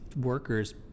workers